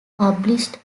published